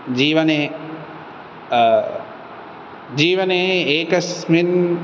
जीवने जीवने एकस्मिन्